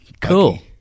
Cool